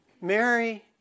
Mary